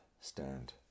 stand